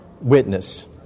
witness